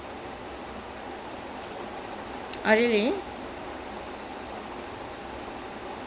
tamil movie I think tupac kid I think tupac kid super deluxe or vikram villa these three